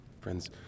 Friends